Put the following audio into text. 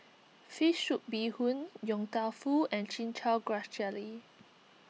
Fish Soup Bee Hoon Yong Tau Foo and Chin Chow Grass Jelly